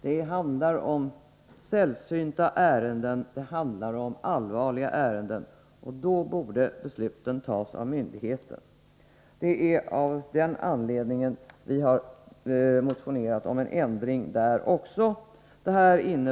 Det handlar om sällsynta ärenden och allvarliga ärenden, och då borde besluten tas av myndigheten. Det är av denna anledning vi har motionerat om en ändring också på den här punkten. Det jag har sagt innebär att jag yrkar bifall till reservationerna 2 och 3 och dessutom till reservation 6, som den moderate talesmannen och Bertil Fiskesjö redan har talat om. Herr talman!